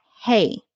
hey